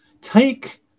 Take